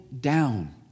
down